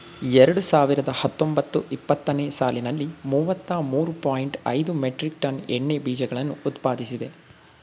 ಎರಡು ಸಾವಿರದ ಹತ್ತೊಂಬತ್ತು ಇಪ್ಪತ್ತನೇ ಸಾಲಿನಲ್ಲಿ ಮೂವತ್ತ ಮೂರು ಪಾಯಿಂಟ್ ಐದು ಮೆಟ್ರಿಕ್ ಟನ್ ಎಣ್ಣೆ ಬೀಜಗಳನ್ನು ಉತ್ಪಾದಿಸಿದೆ